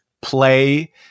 play